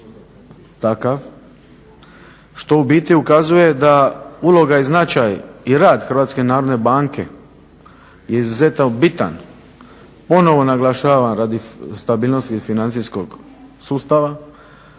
takav što u biti ukazuje da uloga, i značaj i rad Hrvatske narodne banke je izuzetno bitan. Ponovno naglašavam radi stabilnosti financijskog sustava,